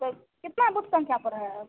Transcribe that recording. तो कितना बूथ संख्या पर है